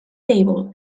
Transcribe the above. table